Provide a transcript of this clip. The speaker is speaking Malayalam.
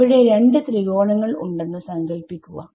അവിടെ രണ്ട് ത്രികോണങ്ങൾ ഉണ്ടെന്ന് സങ്കൽപ്പിക്കുക